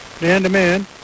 man-to-man